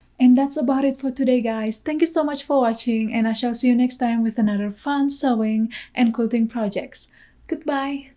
and that's about it for today guys thank you so much for watching and i shall see you next time with another fun sewing and quilting projects goodbye.